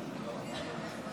כי הרוב הדרוש לא התקבל.